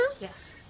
Yes